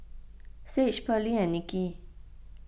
Sage Pearline and Niki